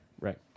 Right